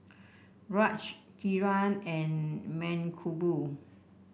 Raj Kiran and Mankombu